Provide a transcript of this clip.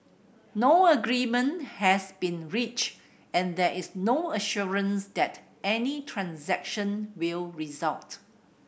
no agreement has been reached and there is no assurance that any transaction will result